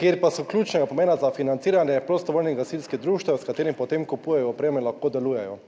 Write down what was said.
kjer pa so ključnega pomena za financiranje prostovoljnih gasilskih društev, s katerimi potem kupujejo opremo in lahko delujejo.